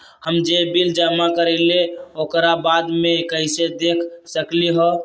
हम जे बिल जमा करईले ओकरा बाद में कैसे देख सकलि ह?